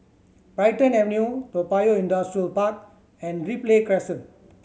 Brighton Avenue Toa Payoh Industrial Park and Ripley Crescent